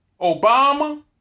Obama